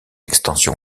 extension